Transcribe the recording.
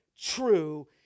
true